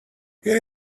here